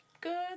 good